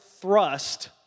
thrust